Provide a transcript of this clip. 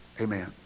Amen